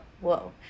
Whoa